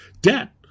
Debt